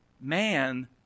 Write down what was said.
man